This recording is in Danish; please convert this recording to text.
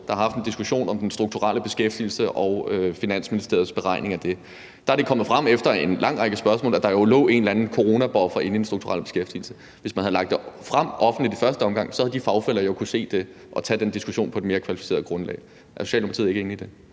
der havde en diskussion om den strukturelle beskæftigelse og Finansministeriets beregning af det. Der er det jo efter en lang række spørgsmål kommet frem, at der lå en eller anden coronabuffer inde i den strukturelle beskæftigelse. Hvis man havde lagt det frem offentligt i første omgang, havde de fagfæller jo kunnet se det og havde kunnet tage den diskussion på et mere kvalificeret grundlag. Er Socialdemokratiet ikke enig i det?